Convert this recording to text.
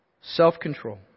Self-control